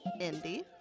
Indy